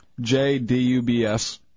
J-D-U-B-S